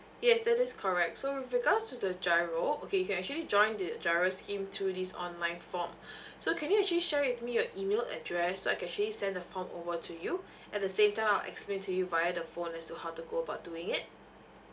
yes that is correct so with regards to the GIRO okay you can actually join the GIRO scheme through this online form so can you actually share with me your email address so I can actually send the form over to you at the same time I'll explain to you via the phone as to how to go about doing it